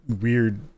weird